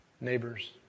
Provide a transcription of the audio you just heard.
neighbors